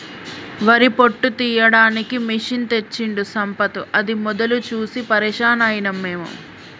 వరి పొట్టు తీయడానికి మెషిన్ తెచ్చిండు సంపత్ అది మొదలు చూసి పరేషాన్ అయినం మేము